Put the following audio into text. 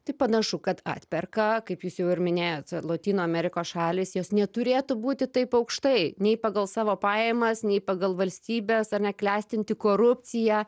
tai panašu kad atperka kaip jūs jau ir minėjot lotynų amerikos šalys jos neturėtų būti taip aukštai nei pagal savo pajamas nei pagal valstybes ar ne klestinti korupcija